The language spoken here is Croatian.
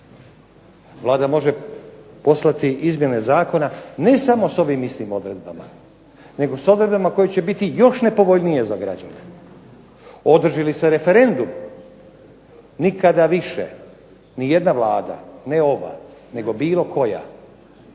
Vlada može poslati izmjene zakona ne samo s ovim istim odredbama nego s odredbama koje će biti još nepovoljnije za građane. Održi li se referendum, nikada više nijedna vlada, ne ova nego bilo koja